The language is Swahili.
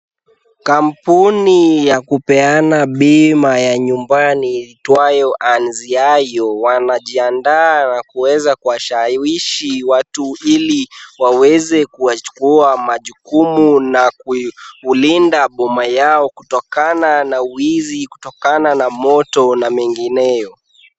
Kampuni ya kupeana bima ya nyumbani iitwayo Anziano wanajiandaa kuweza kushawishi watu ili waweze kuchukua majukumu na kulinda boma yao kutokana na uwizi, kutokana na moto na mengineyo.